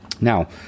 Now